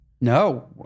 no